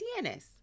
tienes